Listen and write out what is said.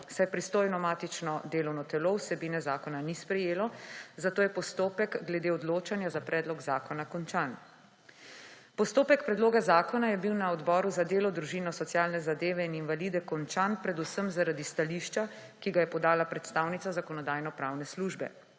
saj pristojno matično delovno telo vsebine zakona ni sprejelo, zato je postopek glede odločanja za predlog zakona končan. Postopek predloga zakona je bil na Odboru za delo, družino, socialne zadeve in invalide končan predvsem zaradi stališča, ki ga je podala predstavnica Zakonodajno-pravne službe.